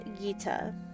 gita